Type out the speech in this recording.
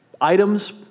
items